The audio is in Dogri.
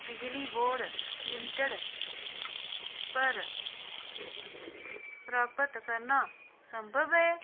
बिजली बोर्ड लिमिटेड पर प्राप्त करना सम्भव ऐ